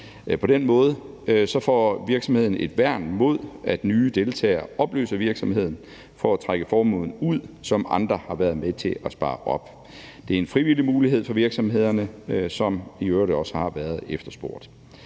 På den måde får virksomheden et værn imod, at det nye deltagere opløser virksomheden for at trække formuen, som andre har været med til at spare op, ud. Det er en frivillig mulighed for virksomhederne, som i øvrigt også har været efterspurgt.